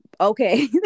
Okay